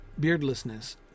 beardlessness